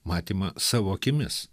matymą savo akimis